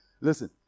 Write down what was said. Listen